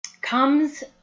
comes